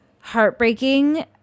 heartbreaking